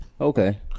okay